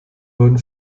wurden